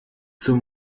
zur